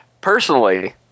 Personally